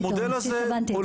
המודל הזה,